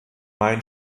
main